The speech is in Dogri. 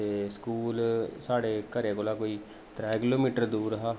ते स्कूल साढ़े घरै कोला कोई त्रै किलोमीटर दूर हा